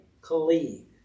colleague